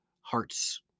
hearts